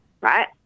right